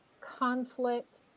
conflict